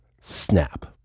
snap